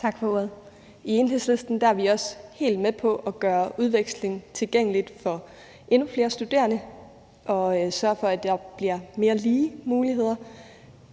Tak for ordet. I Enhedslisten er vi også helt med på at gøre udveksling tilgængelig for endnu flere studerende og sørge for, at der bliver mere lige muligheder,